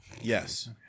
Yes